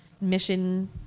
mission